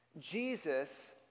Jesus